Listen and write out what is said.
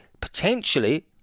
potentially